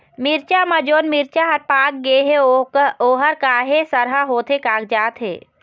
मिरचा म जोन मिरचा हर पाक गे हे ओहर काहे सरहा होथे कागजात हे?